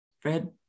Fred